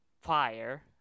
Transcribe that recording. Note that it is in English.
Fire